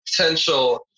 potential